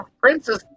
princess